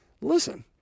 Listen